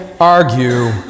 argue